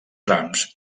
trams